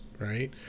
right